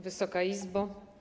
Wysoka Izbo!